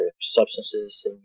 substances